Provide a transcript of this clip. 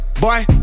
Boy